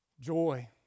Joy